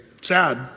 Sad